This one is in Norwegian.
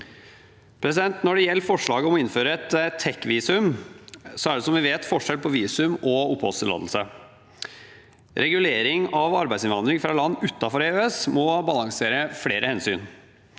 Når det gjelder forslaget om å innføre et tech-visum, er det, som vi vet, forskjell på visum og oppholdstillatelse. Regulering av arbeidsinnvandring fra land utenfor EØS må balansere flere hensyn.